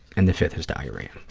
and the fifth is diarrhea.